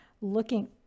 looking